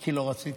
כי לא רציתי.